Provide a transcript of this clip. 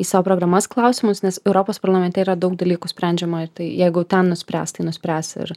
į savo programas klausimus nes europos parlamente yra daug dalykų sprendžiama ir tai jeigu ten nuspręs tai nuspręs ir